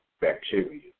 bacteria